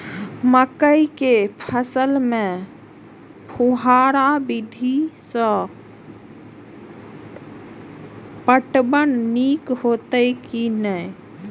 मकई के फसल में फुहारा विधि स पटवन नीक हेतै की नै?